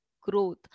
growth